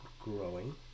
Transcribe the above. Growing